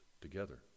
together